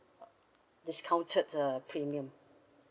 discounted uh premium